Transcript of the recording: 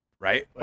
right